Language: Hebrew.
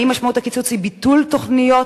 האם משמעות הקיצוץ היא ביטול תוכניות